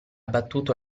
battuto